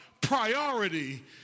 Priority